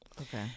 okay